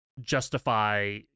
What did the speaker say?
justify